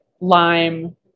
lime